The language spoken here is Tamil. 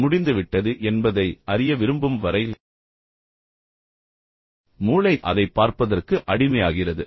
அது முடிந்துவிட்டது என்பதை அறிய விரும்பும் வரை மூளை அதைப் பார்ப்பதற்கு அடிமையாகிறது